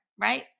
right